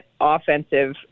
offensive